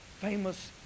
famous